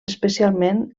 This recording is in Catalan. especialment